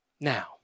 Now